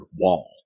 wall